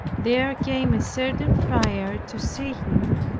there came a certain friar to see him,